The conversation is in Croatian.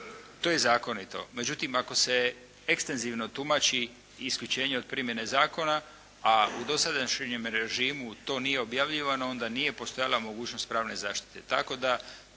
To je zakonito. Međutim, ako se ekstenzivno tumači isključene od primjene zakona, a u dosadašnjem režimu to nije objavljivano onda nije postojala mogućnost pravne zaštite.